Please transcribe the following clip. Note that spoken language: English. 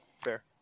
Fair